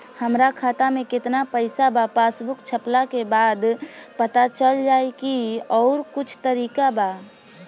हमरा खाता में केतना पइसा बा पासबुक छपला के बाद पता चल जाई कि आउर कुछ तरिका बा?